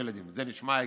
זה נשמע הגיוני?